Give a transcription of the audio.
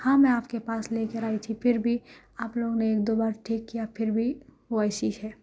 ہاں میں آپ کے پاس لے کر آئی تھی پھر بھی آپ لوگوں نے ایک دو بار ٹھیک کیا پھر بھی ویسی ہے